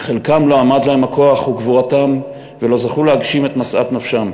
אך לא עמדו להם כוחם וגבורתם ולא זכו להגשים את משאת נפשם.